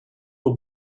will